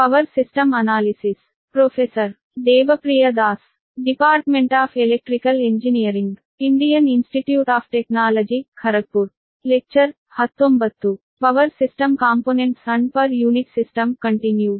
power system components and per - unit system continued